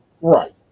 Right